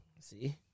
See